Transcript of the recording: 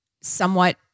somewhat